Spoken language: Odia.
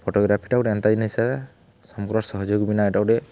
ଫଟୋଗ୍ରାଫିଟା ଗୁଟେ ଏନ୍ତା ଜିନିଷ୍ ଏ ସମ୍କରର୍ ସହଯୋଗ ବିନା ଇଟା ଗୁଟେ